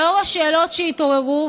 לאור השאלות שהתעוררו,